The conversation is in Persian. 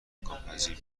امکانپذیر